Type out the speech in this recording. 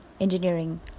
engineering